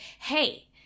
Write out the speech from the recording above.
Hey